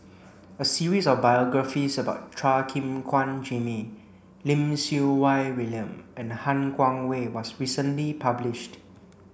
a series of biographies about Chua Gim Guan Jimmy Lim Siew Wai William and Han Guangwei was recently published